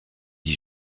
d’y